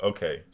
Okay